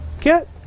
get